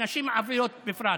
ולנשים ערבית בפרט.